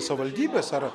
savivaldybės ar